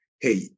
hey